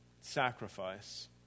sacrifice